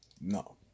No